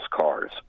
cars